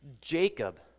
Jacob